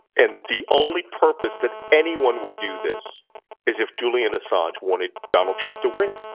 and the only purpose that anyone would do this is if julian assange wanted donald trump to win.